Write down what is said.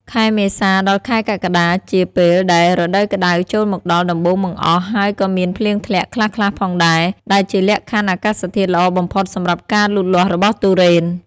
ខែមេសាដល់ខែកក្កដាជាពេលដែលរដូវក្តៅចូលមកដល់ដំបូងបង្អស់ ហើយក៏មានភ្លៀងធ្លាក់ខ្លះៗផងដែរ ដែលជាលក្ខខណ្ឌអាកាសធាតុល្អបំផុតសម្រាប់ការលូតលាស់របស់ទុរេន។